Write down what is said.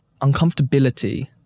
uncomfortability